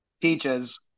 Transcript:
teaches